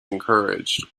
encouraged